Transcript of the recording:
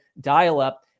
dial-up